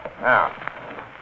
Now